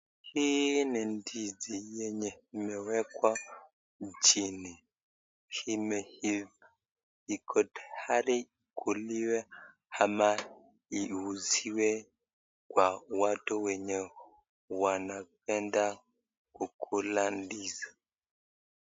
Hii ni ndizi yenye imewekwa chini, imeiva, iko tayari kuliwa ama iuziwe kwa watu wenye wanapenda kukula ndizi.